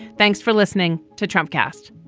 thanks for listening to trump cast